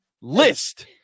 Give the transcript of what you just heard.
list